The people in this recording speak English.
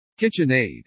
KitchenAid